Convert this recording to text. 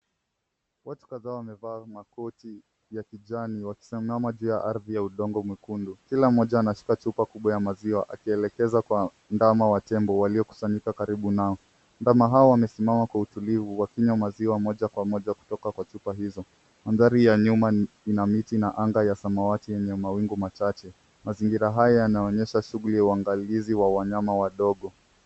Watu kadhaa wamevaa makoti ya kijani wakisimama juu ya ardhi ya udongo mwekundu. Kila mmoja anashika chupa kubwa ya maziwa akielekeza kwa ndama wa tembo waliokusanyika karibu nao. Ndama hao wamesimama kwa utulivu wakinywa maziwa moja kwa moja kutoka kwa chupa hizo. Mandhari ya nyuma ina miti na anga ya samawati enye mawingu machache. Mazingira hayo yanaonyesha shuguli ya uangalizi wa wanyama wadogo.